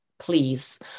please